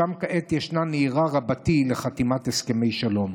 ששם כעת ישנה נהירה רבתי לחתימת הסכמי שלום.